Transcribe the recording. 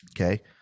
okay